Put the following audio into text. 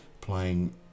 playing